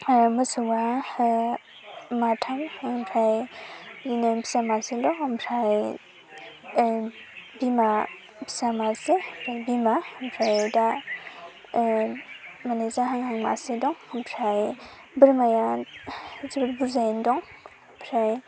मोेसौआ माथाम ओमफ्राय बिनि फिसा मासे दं ओमफ्राय बिमा फिसा मासे बिमा ओमफ्राय दा मानि जाहां हां मासे दं ओमफ्राय बोरमाया बिसोरबो बुरजायैनो दं ओमफ्राय